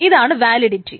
ഇതാണ് വാലിഡിറ്റി